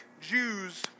Jews